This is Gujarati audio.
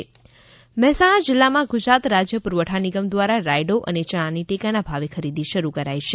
રાયડો અને ચણા મહેસાણા જીલ્લામાં ગુજરાત રાજય પુરવઠા નિગમ દ્વારા રાયડો અને ચણાની ટેકાના ભાવે ખરીદી શરૂ કરાઇ છે